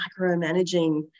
micromanaging